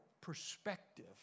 perspective